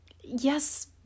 yes